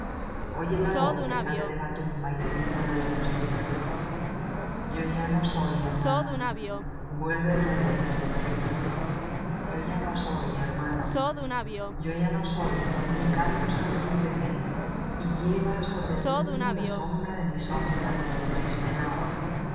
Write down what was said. oye la voz que sale de la tumba y te dice ol oido este secreto yo ya no soy hermano vuelve otra vez repite yo ya no soy hermano yo ya no soy mi canto sobreviveme y lleva sobre el mundo la sombra de mi sombra mi triste nada